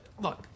Look